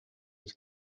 his